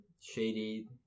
shady